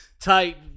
tight